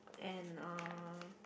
and uh